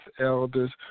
elders